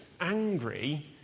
angry